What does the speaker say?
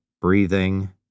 breathing